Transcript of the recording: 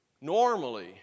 normally